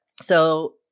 So-